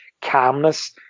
calmness